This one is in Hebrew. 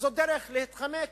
זאת דרך להתחמק.